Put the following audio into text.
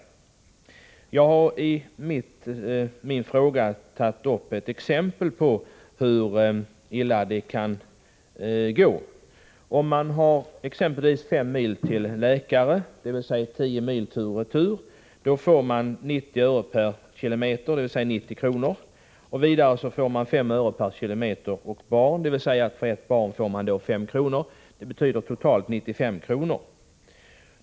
Jag har i min fråga gett exempel på hur illa det kan gå. Om avståndet är t.ex. fem mil till läkare, dvs. tio mil om man räknar med sträckan fram och tillbaka, får man 90 öre per kilometer, dvs. 90 kr. Vidare får man 5 öre per kilometer och barn. För ett barn får man således 5 kr. Totalt får man alltså 95 kr.